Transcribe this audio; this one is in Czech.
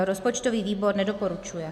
Rozpočtový výbor nedoporučuje.